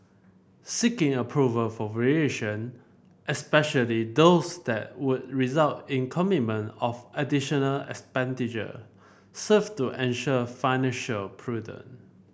seeking approval for variation especially those that would result in commitment of additional expenditure serve to ensure financial prudent